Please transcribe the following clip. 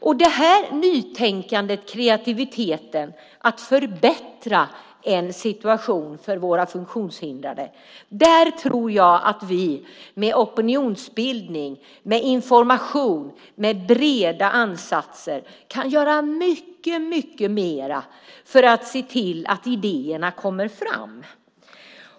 När det gäller detta nytänkande och denna kreativitet för att förbättra en situation för våra funktionshindrade tror jag att vi med opinionsbildning, information och breda ansatser kan göra mycket mer för att se till att idéerna kommer fram.